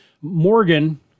Morgan